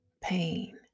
pain